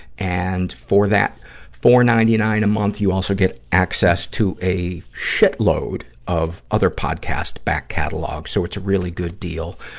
and, for that four dollars. ninety nine a month, you also get access to a shitload of other podcast back catalogues. so, it's a really good deal.